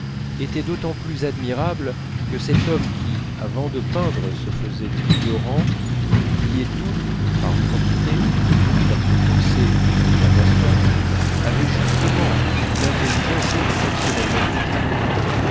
était d'autant plus admirable que cet homme qui avant de peindre se faisait ignorant oubliait tout par probité car ce qu'on sait n'est pas à soi avait justement une intelligence exceptionnellement cultivée